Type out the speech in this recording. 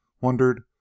wondered